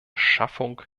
schaffung